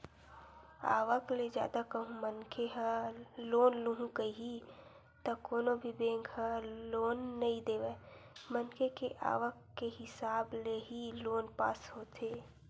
आवक ले जादा कहूं मनखे ह लोन लुहूं कइही त कोनो भी बेंक ह लोन नइ देवय मनखे के आवक के हिसाब ले ही लोन पास होथे